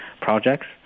projects